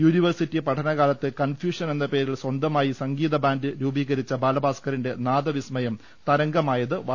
യൂനിവേഴ് city പഠന കാലത്ത് confusion എന്ന പേരിൽ സ്വന്തമായി സംഗീത ബാൻഡ് രൂപീകരിച്ച ബാലഭാസ്കറിന്റെ നാദിവിസ്മയം തരംഗമായത് വളരെ വേഗത്തിലാണ്